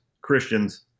Christians